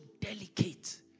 delicate